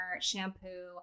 shampoo